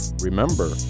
Remember